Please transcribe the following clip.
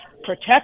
Protect